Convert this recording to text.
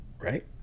right